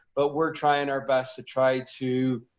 but we're trying our best to try to